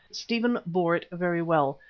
stephen bore it very well,